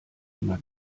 immer